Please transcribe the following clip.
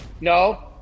No